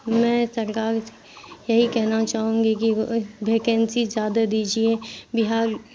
میں سرکار سے یہی کہنا چاہوں گی کہ وہ بھیکنسی زیادہ دیجیے بہار